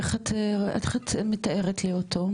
איך את מתארת לי אותו,